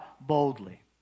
boldly